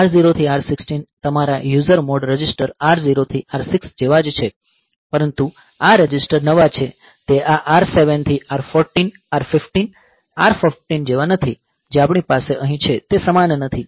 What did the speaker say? આ R0 થી R6 આ તમારા યુઝર મોડ રજિસ્ટર R 0 થી R6 જેવા જ છે પરંતુ આ રજિસ્ટર નવા છે તે આ R7 થી R14 R15 R14 જેવા નથી જે આપણી પાસે અહીં છે તે સમાન નથી